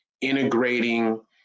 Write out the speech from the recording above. integrating